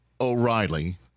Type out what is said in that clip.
O'Reilly